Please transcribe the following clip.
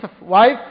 wife